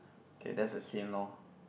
K that's the same lor